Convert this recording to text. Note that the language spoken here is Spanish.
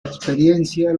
experiencia